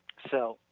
so,